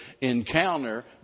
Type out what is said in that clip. encounter